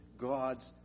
God's